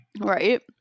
Right